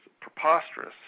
preposterous